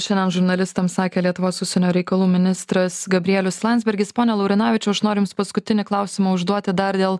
šindien žurnalistams sakė lietuvos užsienio reikalų ministras gabrielius landsbergis pone laurinavičiau aš noriu jums paskutinį klausimą užduoti dar dėl